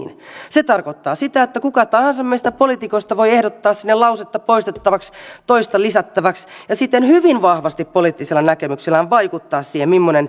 se tarkoittaa sitä että kuka tahansa meistä poliitikoista voi ehdottaa sinne lausetta poistettavaksi toista lisättäväksi ja siten hyvin vahvasti poliittisilla näkemyksillään vaikuttaa siihen